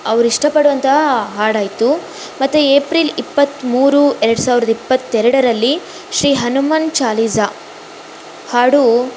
ಅವ್ರು ಇಷ್ಟಪಡುವಂತಹ ಹಾಡಾಯಿತು ಮತ್ತು ಏಪ್ರಿಲ್ ಇಪ್ಪತ್ತ್ಮೂರು ಎರಡು ಸಾವಿರದ ಇಪ್ಪತ್ತೆರಡರಲ್ಲಿ ಶ್ರೀ ಹನುಮಾನ್ ಚಾಲೀಝ ಹಾಡು